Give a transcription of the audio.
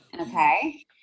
Okay